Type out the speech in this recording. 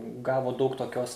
gavo daug tokios